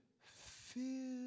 Feel